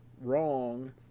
wrong